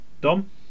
Dom